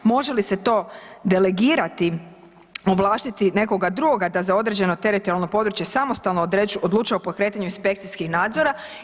Može li se to delegirati, ovlastiti nekoga drugoga da za određeno teritorijalno područje samostalno odlučuje o pokretanju inspekcijskih nadzora.